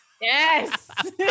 Yes